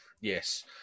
Yes